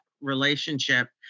relationship